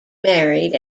married